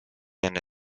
enne